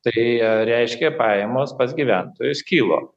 tai reiškia pajamos pas gyventojus kilo